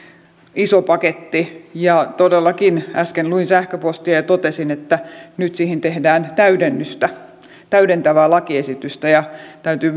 iso paketti ja todellakin äsken luin sähköpostia ja totesin että nyt siihen tehdään täydennystä täydentävää lakiesitystä ja täytyy